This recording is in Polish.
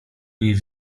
niej